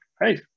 hey